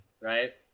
right